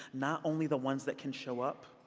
not only the ones that can show up?